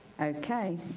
Okay